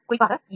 குறிப்பாக எஃப்